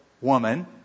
woman